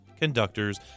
conductors